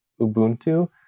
Ubuntu